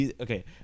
okay